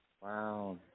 Wow